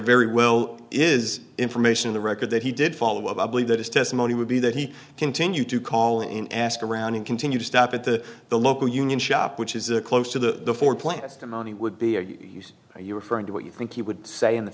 very well is information in the record that he did follow up i believe that is testimony would be that he continued to call in ask around and continue to stop at the the local union shop which is close to the plants the money would be used are you referring to what you think he would say in the